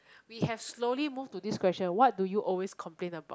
we have slowly move to this question what do you always complain about